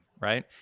right